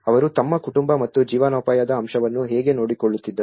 ಅವರು ತಮ್ಮ ಕುಟುಂಬ ಮತ್ತು ಜೀವನೋಪಾಯದ ಅಂಶವನ್ನು ಹೇಗೆ ನೋಡಿಕೊಳ್ಳುತ್ತಿದ್ದರು